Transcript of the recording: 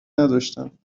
نداشتند